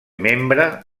membre